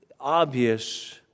obvious